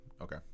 okay